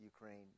Ukraine